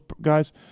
guys